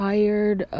Tired